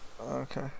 okay